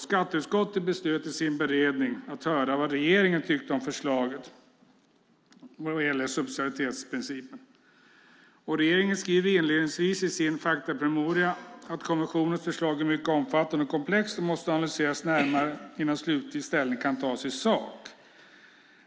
Skatteutskottet beslöt i sin beredning att höra vad regeringen tycker om förslaget när det gäller subsidiaritetsprincipen. Regeringen skriver inledningsvis i sin faktapromemoria att kommissionens förslag är mycket omfattande och komplext och måste analyseras närmare innan slutlig ställning kan tas i sak.